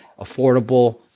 affordable